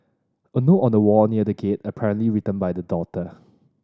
a note on a wall near the gate apparently written by the daughter